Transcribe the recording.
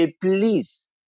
Please